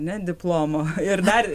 ne diplomo ir dar